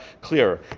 clearer